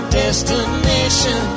destination